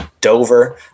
Dover